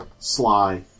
Sly